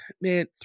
man